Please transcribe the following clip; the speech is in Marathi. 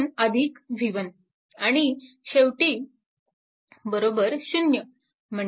म्हणून v1 आणि शेवटी 0